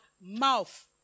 mouth